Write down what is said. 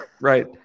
Right